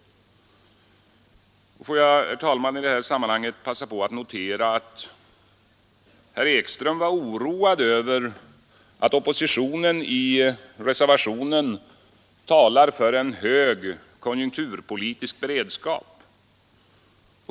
Får jag, herr talman, i det här sammanhanget passa på att notera att herr Ekström var oroad över att oppositionen i reservationen talar för en hög konjunkturpolitisk beredskap.